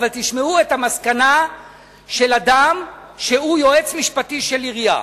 אבל תשמעו את המסקנה של אדם שהוא יועץ משפטי של עירייה,